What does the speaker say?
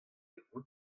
votoù